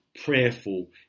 prayerful